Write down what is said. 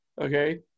Okay